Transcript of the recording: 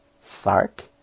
Sark